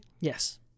Yes